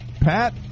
Pat